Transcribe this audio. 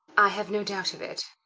i have no doubt of it.